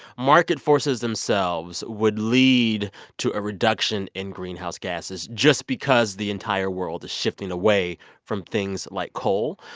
market forces themselves would lead to a reduction in greenhouse gases just because the entire world is shifting away from things like coal.